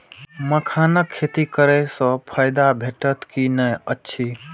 मखानक खेती करे स फायदा भेटत की नै अछि?